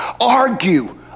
Argue